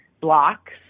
blocks